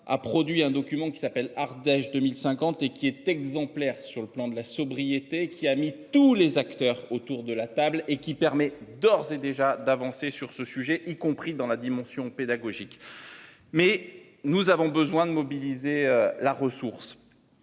a produit un document qui s'appelle Ardèche 2050 et qui est exemplaire sur le plan de la sobriété qui a mis tous les acteurs autour de la table et qui. Permet d'ores et déjà d'avancer sur ce sujet, y compris dans la dimension pédagogique. Mais nous avons besoin de mobiliser la ressource.